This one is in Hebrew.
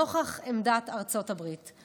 נוכח עמדת ארצות הברית,